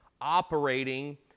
operating